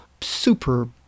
super